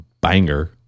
banger